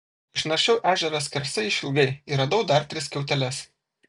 išnaršiau ežerą skersai išilgai ir radau dar tris skiauteles